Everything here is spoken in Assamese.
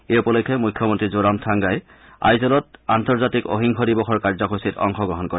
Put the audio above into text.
এই উপলক্ষে মুখ্যমন্ত্ৰী জোৰামথাংগাই আইজলত আন্তৰ্জাতিক অহিংস দিৱসৰ কাৰ্যসূচীত অংশগ্ৰহণ কৰে